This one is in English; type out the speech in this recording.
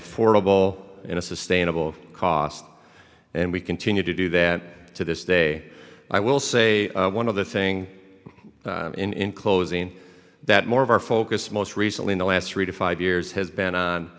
affordable in a sustainable cost and we continue to do that to this day i will say one of the thing in closing that more of our focus most recently in the last three to five years has been